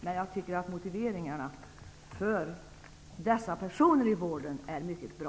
Men jag tycker att motiveringarna för de olika grupperna inom vården är mycket bra.